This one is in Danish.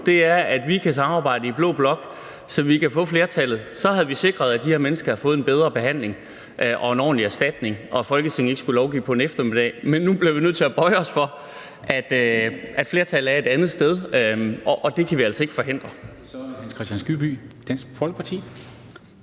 altså at vi kan samarbejde i blå blok, så vi kan få flertallet. Så havde vi sikret, at de her mennesker havde fået en bedre behandling og en ordentlig erstatning, og at Folketinget ikke skulle lovgive på en eftermiddag. Men nu bliver vi nødt til at bøje os for, at flertallet er et andet sted, og det kan vi altså ikke forhindre.